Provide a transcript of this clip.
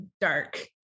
dark